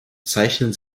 zeichnen